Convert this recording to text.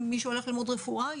עם מי שהולך ללמוד רפואה,